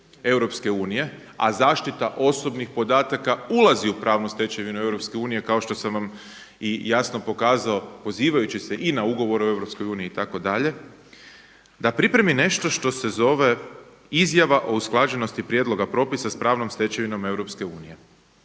stečevinu EU, a zaštita osobnih podataka ulazi u pravnu stečevinu EU kao što sam vam i jasno pokazao pozivajući se i na Ugovor o EU itd. da pripremi nešto što se zove izjava o usklađenosti prijedloga propisa sa pravnom stečevinom EU.